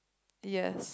yes